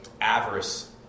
avarice